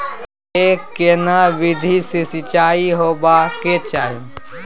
के केना विधी सॅ सिंचाई होबाक चाही?